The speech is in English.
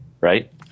right